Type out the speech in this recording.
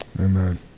Amen